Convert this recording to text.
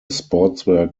sportswear